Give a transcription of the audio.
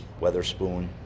Weatherspoon